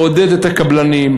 לעודד את הקבלנים,